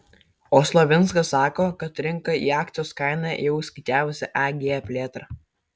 o slavinskas sako kad rinka į akcijos kainą jau įskaičiavusi ag plėtrą